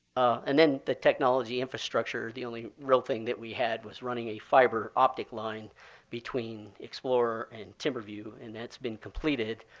and then the technology infrastructure, the only real thing that we had was running a fiber optic line between explorer and timberview. and that's been completed.